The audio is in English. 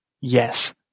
yes